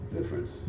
difference